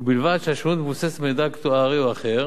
ובלבד שהשונות מבוססת על מידע אקטוארי או אחר